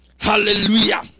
Hallelujah